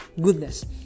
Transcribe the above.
Goodness